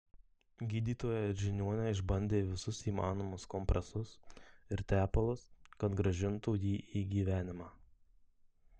gydytojai ir žiniuoniai išbandė visus įmanomus kompresus ir tepalus kad grąžintų jį į gyvenimą